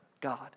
God